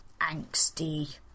angsty